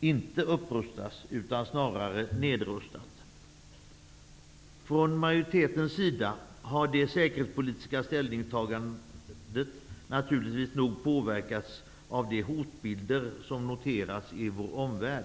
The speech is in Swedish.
ej upprustat utan snarare nedrustat. Från majoritetens sida har det säkerhetspolitiska ställningstagandet naturligt nog påverkats av de hotbilder som noterats i vår omvärld.